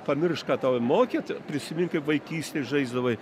pamiršk ką tau mokėt prisimink kaip vaikystėj žaisdavai